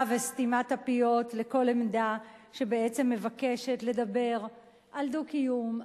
וסתימת הפיות לכל עמדה שבעצם מבקשת לדבר על דו-קיום,